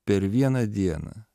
per vieną dieną